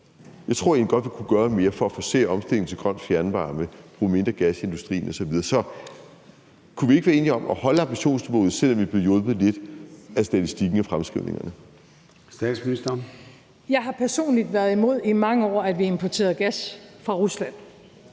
Jeg tror egentlig godt, vi kunne gøre mere for at forcere omstillingen til grøn fjernvarme og til at bruge mindre gas i industrien osv. Så kunne vi ikke være enige om at holde ambitionsniveauet, selv om vi blev hjulpet lidt af statistikken i fremskrivningerne? Kl. 01:51 Formanden (Søren Gade): Statsministeren. Kl.